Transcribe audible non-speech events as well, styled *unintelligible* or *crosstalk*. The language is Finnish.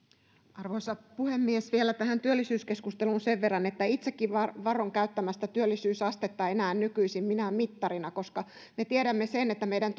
arvoisa puhemies vielä tähän työllisyyskeskusteluun sen verran että itsekin varon käyttämästä työllisyysastetta enää nykyisin minään mittarina koska me tiedämme että meidän *unintelligible*